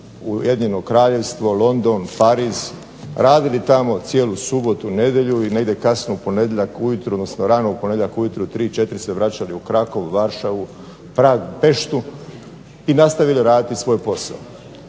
u Ujedinjeno Kraljevstvo, London, Pariz, radili tamo cijelu subotu, nedjelju, i negdje kasno u ponedjeljak ujutro, odnosno rano u ponedjeljak ujutro 3, 4 se vraćali u Krakow, Varšavu, Prag, Peštu, i nastavili raditi svoj posao.